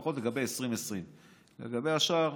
לפחות לגבי 2020. לגבי השאר,